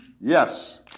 Yes